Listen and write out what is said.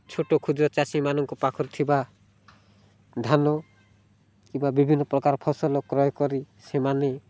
ଛୋଟ କ୍ଷୁଦ୍ର ଚାଷୀମାନଙ୍କ ପାଖରେ ଥିବା ଧାନ କିମ୍ବା ବିଭିନ୍ନପ୍ରକାର ଫସଲ କ୍ରୟ କରି ସେମାନେ